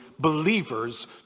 believer's